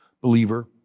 believer